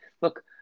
look